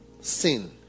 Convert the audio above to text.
sin